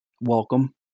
welcome